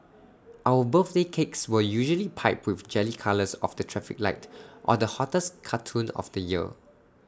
our birthday cakes were usually piped with jelly colours of the traffic light or the hottest cartoon of the year